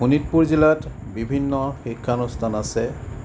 শোণিতপুৰ জিলাত বিভিন্ন শিক্ষানুষ্ঠান আছে